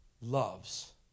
loves